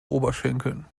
oberschenkeln